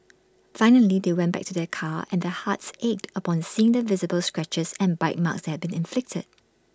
finally they went back to their car and their hearts ached upon seeing the visible scratches and bite marks that had been inflicted